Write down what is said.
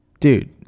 Dude